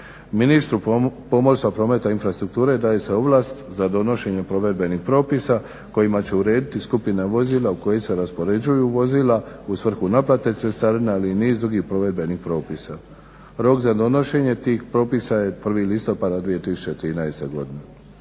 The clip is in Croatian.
Ministru pomorstva, prometa i infrastrukture daje se ovlast za donošenje provedbenih propisa kojima će urediti skupine vozila u koje se raspoređuju vozila u svrhu naplate cestarine, ali i niz drugih provedbenih propisa. Rok za donošenje tih propisa je 1. listopada 2013. godine.